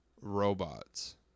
robots